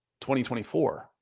2024